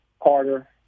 harder